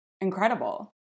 incredible